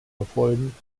erfolgen